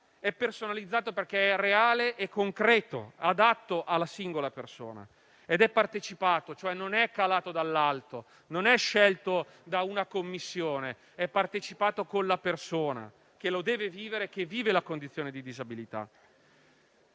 è personalizzato perché è reale e concreto, adatto alla singola persona; è partecipato, ossia non è calato dall'alto, non è scelto da una Commissione, ma è partecipato con la persona che vive la condizione di disabilità.